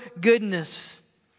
goodness